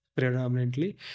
predominantly